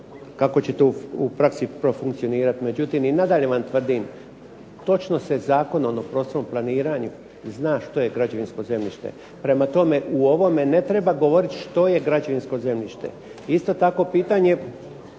kako će to u praksi profunkcionirati, međutim i nadalje vam tvrdim točno se Zakonom o prostornom planiranju zna što je građevinsko zemljište. Prema tome, u ovome ne treba govoriti što je građevinsko zemljište. Isto tako pitanje,